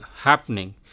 happening